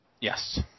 Yes